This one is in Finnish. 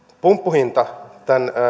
pumppuhinta